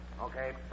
Okay